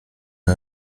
der